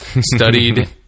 studied